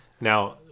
Now